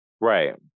Right